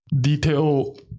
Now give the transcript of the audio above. detail